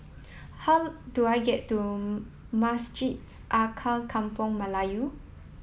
how do I get to Masjid Alkaff Kampung Melayu